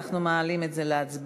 אנחנו מעלים את זה להצבעה.